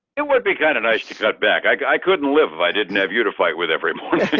it would be kind of nice to cut back. i couldn't live if i didn't have you to fight with every morning.